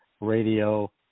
Radio